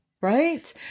Right